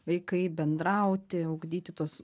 vaikai bendrauti ugdyti tuos